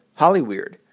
Hollyweird